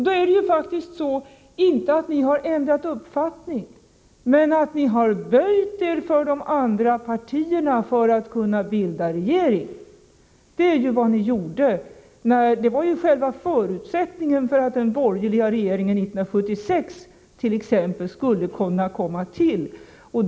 Det är ju faktiskt så — inte att ni har ändrat uppfattning men att ni har böjt er för de andra partierna för att kunna bilda regering; det var ju själva förutsättningen för att t.ex. den borgerliga regeringen 1976 skulle kunna komma till stånd.